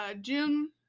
June